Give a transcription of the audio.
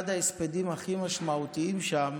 אחד ההספדים הכי משמעותיים שם